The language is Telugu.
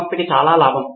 ప్రొఫెసర్ సరే బాగుంది